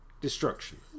Destruction